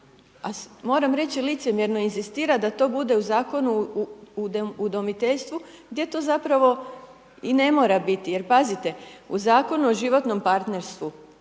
moram reći licemjerno inzistira da to bude u Zakonu o udomiteljstvu, gdje to zapravo i ne mora biti, jer pazite, u Zakonu o životnom partnerstvu